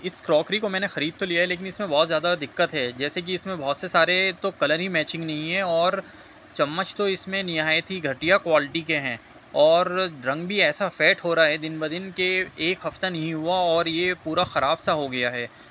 اس crockery کو میں نے خرید تو لیا ہے لیکن اس میں بہت زیادہ دقت ہے جیسے کہ اس میں بہت سے سارے تو کلر ہی میچنگ نہیں ہیں اور چمچ تو اس میں نہایت ہی گھٹیا کوالٹی کے ہیں اور رنگ بھی ایسا فیٹ ہو رہا ہے دن بدن کہ ایک ہفتہ نہیں ہوا اور یہ پورا خراب سا ہو گیا ہے